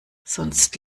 sonst